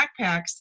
backpacks